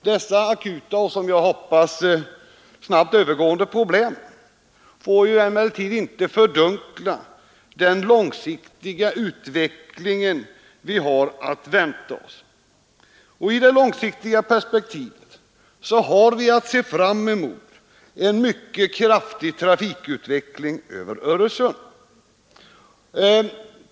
Dessa akuta och, som jag hoppas, snabbt övergående problem får emellertid inte fördunkla synen på den långsiktiga utveckling som vi har att förvänta oss. Och i det långsiktiga perspektivet har vi att se fram emot en mycket kraftig trafikutveckling i Öresund.